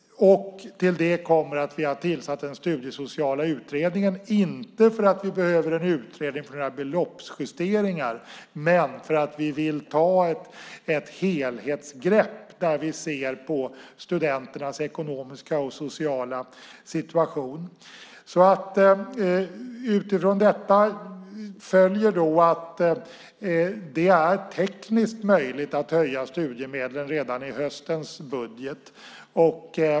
Till det kommer att vi har tillsatt den studiesociala utredningen, inte för att vi behöver någon utredning om beloppsjusteringar, men vi vill ta ett helhetsgrepp där vi ser på studenternas ekonomiska och sociala situation. Av detta följer att det tekniskt är möjligt att höja studiemedlen redan i höstens budget.